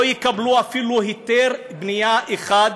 לא יקבלו אפילו היתר בנייה אחד.